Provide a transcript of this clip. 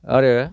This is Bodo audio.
आरो